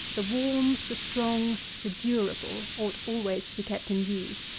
the warm, the strong, the durable, ought always to be kept in view.